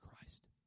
Christ